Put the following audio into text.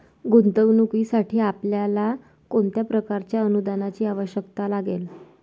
गुंतवणुकीसाठी आपल्याला कोणत्या प्रकारच्या अनुदानाची आवश्यकता लागेल?